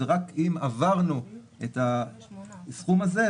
ורק אם עברו את הסכום הזה,